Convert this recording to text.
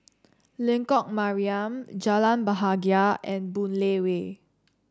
Lengkok Mariam Jalan Bahagia and Boon Lay Way